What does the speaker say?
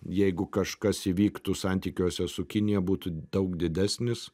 jeigu kažkas įvyktų santykiuose su kinija būtų daug didesnis